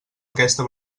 aquesta